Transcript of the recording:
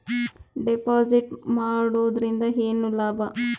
Deposit ಮಾಡುದರಿಂದ ಏನು ಲಾಭ?